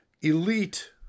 elite